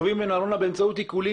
גובים ממנו ארנונה באמצעות עיקולים